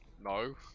no